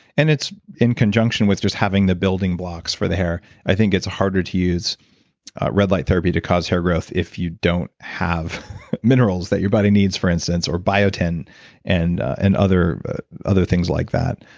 and it's in conjunction with just having the building blocks for the hair. i think it's harder to use red light therapy to cause hair growth if you don't have minerals that your body needs for instance or biotin and and other other things like that,